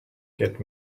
get